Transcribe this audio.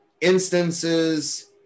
instances